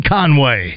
Conway